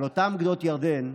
על אותן גדות ירדן,